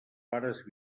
pares